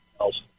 else